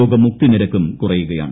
രോഗമുക്തി നിരക്കും കുറയുകയാണ്